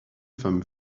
femme